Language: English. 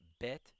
Bet